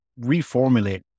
reformulate